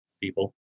people